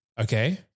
Okay